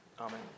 Amen